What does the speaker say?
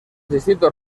distintos